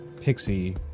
pixie